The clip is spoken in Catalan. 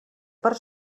per